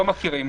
לא מכירים.